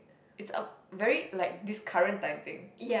it's a very like this current time thing